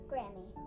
Grammy